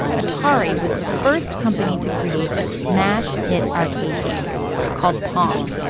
atari was the first company to create a smash hit arcade game called pong!